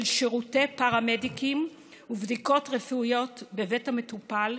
שירותי פרמדיקים ובדיקות רפואיות בבית המטופל,